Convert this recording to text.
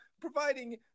providing